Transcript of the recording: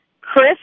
Chris